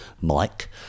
Mike